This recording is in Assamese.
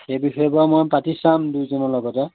সেই বিষয়ে বাৰু মই পাতি চাম দুইজনৰ লগতে